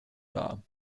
dar